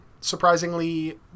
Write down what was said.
surprisingly